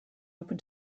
open